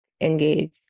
engage